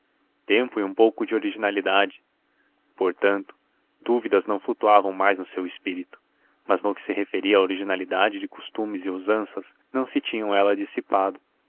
tempo e um pouco de originalidade portanto dúvidas não flutuavam mais no seu espírito mas no que se referia à originalidade de costumes e usanças não se tinham elas dissipado